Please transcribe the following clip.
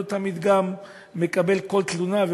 אבל לא תמיד מקבל כל תלונה,